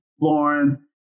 Lauren